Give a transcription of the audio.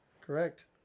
Correct